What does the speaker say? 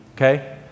Okay